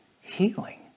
healing